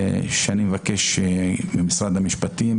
שאני מבקש ממשרד המשפטים,